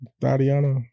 Tatiana